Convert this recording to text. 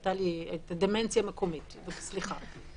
הייתה לי דמנציה מקומית, סליחה.